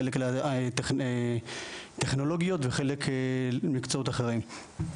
חלק לטכנולוגיות וחלק למקצועות אחרים.